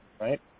right